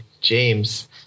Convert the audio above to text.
James